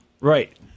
right